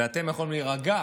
ואתם יכולים להירגע.